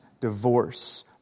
divorce